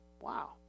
Wow